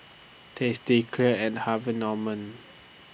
tasty Clear and Harvey Norman